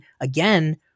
again